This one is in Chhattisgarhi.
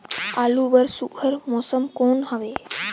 आलू बर सुघ्घर मौसम कौन हवे?